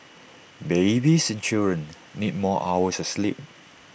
babies and children need more hours of sleep